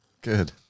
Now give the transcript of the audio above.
good